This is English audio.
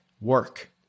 work